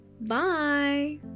Bye